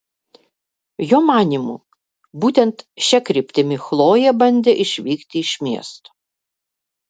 jo manymu būtent šia kryptimi chlojė bandė išvykti iš miesto